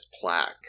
plaque